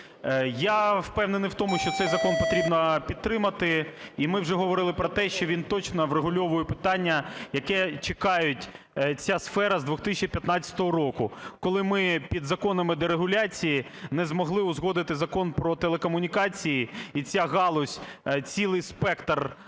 Я впевнений в тому, що цей закон потрібно підтримати, і ми вже говорили про те, що він точно врегульовує питання, якого чекає ця сфера з 2015 року, коли ми під законами дерегуляції не змогли узгодити Закон про телекомунікації, і ця галузь, цілий спектр